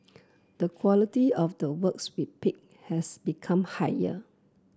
the quality of the works we pick has become higher